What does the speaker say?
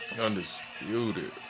Undisputed